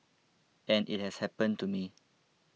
and it has happened to me